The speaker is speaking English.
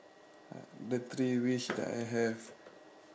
uh the three wish that I have